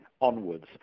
onwards